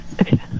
Okay